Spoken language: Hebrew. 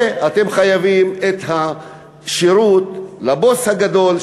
ואתם חייבים את השירות לבוס הגדול,